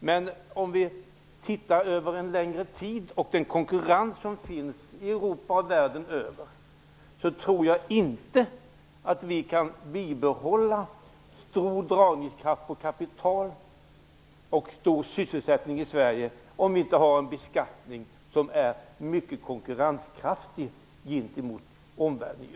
Men om vi långsiktigt ser på den konkurrens som finns i Europa och i världen i övrigt, tror jag inte att vi kan bibehålla stor dragningskraft på kapital och hög sysselsättning i Sverige, om inte beskattningen är mycket konkurrenskraftig gentemot omvärlden.